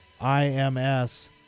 IMS